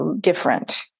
different